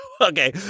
okay